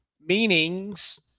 meanings